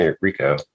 Rico